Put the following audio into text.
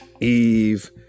Eve